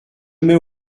mets